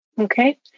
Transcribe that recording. Okay